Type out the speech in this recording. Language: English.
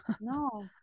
no